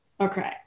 Okay